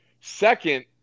Second